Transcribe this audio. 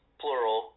plural